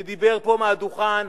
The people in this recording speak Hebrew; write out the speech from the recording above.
שדיבר פה מהדוכן.